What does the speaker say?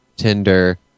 tinder